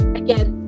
again